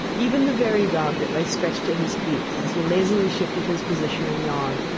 even the very dog that lay stretched at his feet, as he lazily shifted his position and yawned,